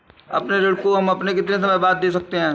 अपने ऋण को हम कितने समय बाद दे सकते हैं?